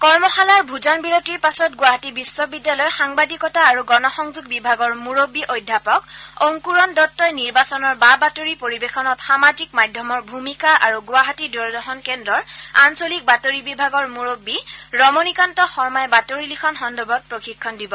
কৰ্মশালাৰ ভোজন বিৰতিৰ পাছত গুৱাহাটী বিশ্ববিদ্যালয়ৰ সাংবাদিকতা আৰু গণ সংযোগ বিভাগৰ মুৰববী অধ্যাপক অংকুৰণ দত্তই নিৰ্বাচনৰ বা বাতৰি পৰিৱেশনত সামাজিক মাধ্যমৰ ভূমিকা আৰু গুৱাহাটী দূৰদৰ্শন কেন্দ্ৰৰ আঞ্চলিক বাতৰি বিভাগৰ মূৰববী ৰমণীকান্ত শৰ্মাই বাতৰি লিখন সন্দৰ্ভত প্ৰশিক্ষণ দিব